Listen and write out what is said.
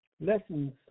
lessons